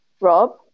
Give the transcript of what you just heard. Rob